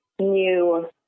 new